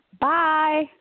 Bye